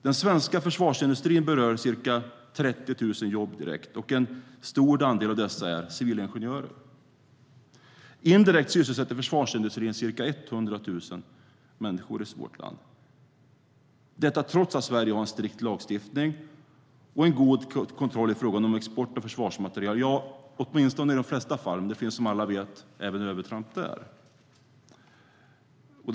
Den svenska försvarsindustrin berör ca 30 000 jobb direkt, och en stor andel av dessa är civilingenjörer. Indirekt sysselsätter försvarsindustrin ca 100 000 människor i vårt land, detta trots att Sverige har en strikt lagstiftning och en god kontroll i fråga om export av försvarsmateriel. Så är det i de flesta fall, men det finns som alla vet övertramp även där.